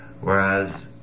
Whereas